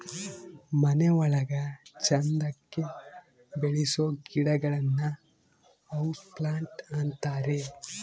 ಮನೆ ಒಳಗ ಚಂದಕ್ಕೆ ಬೆಳಿಸೋ ಗಿಡಗಳನ್ನ ಹೌಸ್ ಪ್ಲಾಂಟ್ ಅಂತಾರೆ